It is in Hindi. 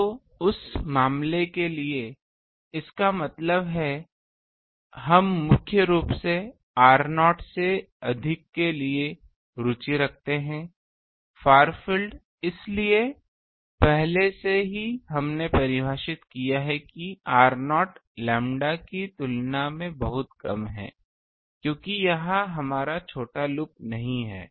तो उस मामले के लिए इसका मतलब है हम मुख्य रूप से r0 से अधिक के लिए रुचि रखते हैं फार फील्ड इसलिए पहले से ही हमने परिभाषित किया है कि r0 लैम्ब्डा की तुलना में बहुत कम है क्योंकि यह हमारा छोटा लूप नहीं है